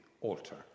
altar